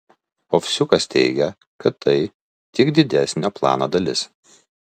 ovsiukas teigia kad tai tik didesnio plano dalis